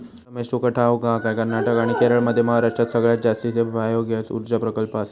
रमेश, तुका ठाऊक हा काय, कर्नाटक आणि केरळमध्ये महाराष्ट्रात सगळ्यात जास्तीचे बायोगॅस ऊर्जा प्रकल्प आसत